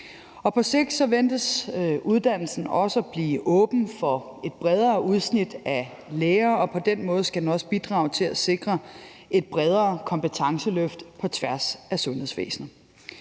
På sigt ventes uddannelsen også at blive åben for et bredere udsnit af læger, og på den måde skal den også bidrage til at sikre et bredere kompetenceløft på tværs af sundhedsvæsenet.